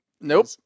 Nope